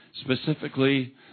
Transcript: specifically